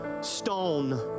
stone